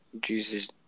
Jesus